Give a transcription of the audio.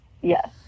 Yes